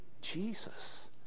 Jesus